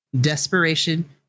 Desperation